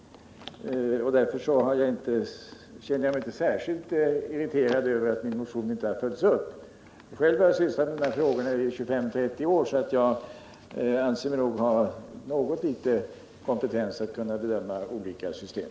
Därför känner jag mig inte särskilt irriterad över att min motion inte har följts upp. Själv har jag sysslat med de här frågorna i 25-30 år, så jag anser mig ha någon liten kompetens att kunna bedöma olika system.